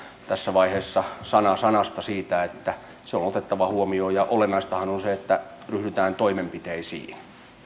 tässä vaiheessa sana sanasta siitä että se on otettava huomioon ja olennaistahan on se että ryhdytään toimenpiteisiin